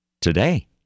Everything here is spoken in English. Today